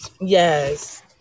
yes